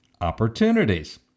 opportunities